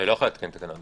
היא לא יכולה לתקן תקנות.